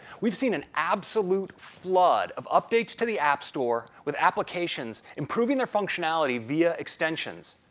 we've seen an absolute flood of updates to the app store with applications improving their functionality via extensions.